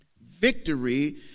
Victory